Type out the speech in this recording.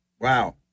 Wow